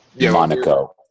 Monaco